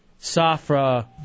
Safra